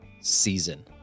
season